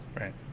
Right